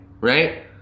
right